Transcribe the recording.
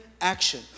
action